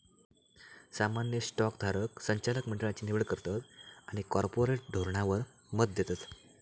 सामान्य स्टॉक धारक संचालक मंडळची निवड करतत आणि कॉर्पोरेट धोरणावर मत देतत